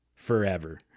forever